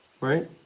Right